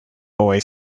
boy